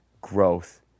growth